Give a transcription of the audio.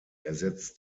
ersetzt